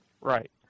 Right